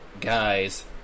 guys